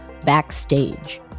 Backstage